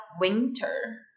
winter